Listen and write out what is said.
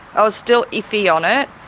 i was still iffy on it,